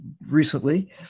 recently